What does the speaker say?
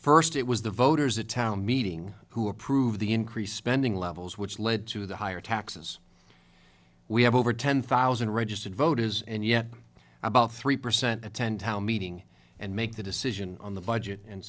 first it was the voters a town meeting who approved the increased spending levels which led to the higher taxes we have over ten thousand registered voters and yet about three percent attend how meeting and make the decision on the budget and